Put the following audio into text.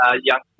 young